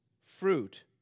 fruit